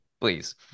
please